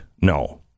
no